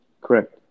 Correct